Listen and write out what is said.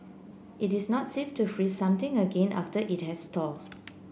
it is not safe to freeze something again after it has thawed